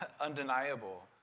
undeniable